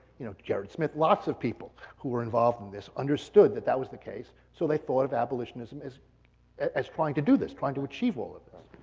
you know, gerrit smith, lots of people who were involved in this understood that that was the case, so they thought of abolitionism as trying to do this, trying to achieve all of this.